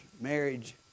marriage